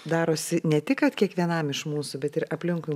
darosi ne tik kad kiekvienam iš mūsų bet ir aplinkui